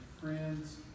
friends